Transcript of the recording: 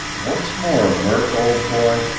once more, murk, old boy,